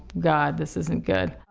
god, this isn't good.